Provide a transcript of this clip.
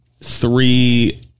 three